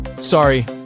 sorry